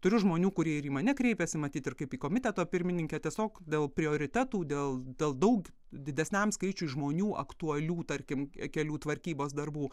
turiu žmonių kurie ir į mane kreipėsi matyt ir kaip į komiteto pirmininkę tiesiog dėl prioritetų dėl dėl daug didesniam skaičiui žmonių aktualių tarkim kelių tvarkybos darbų